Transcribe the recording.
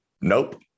Nope